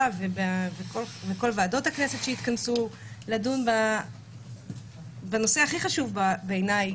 וכל ועדות הכנסת שהתכנסו לדון בנושא הכי חשוב בעיני,